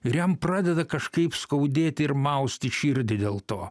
ir jam pradeda kažkaip skaudėti ir mausti širdį dėl to